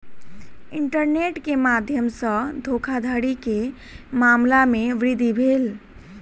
internet के माध्यम सॅ धोखाधड़ी के मामला में वृद्धि भेल